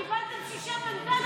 קיבלתם שישה מנדטים.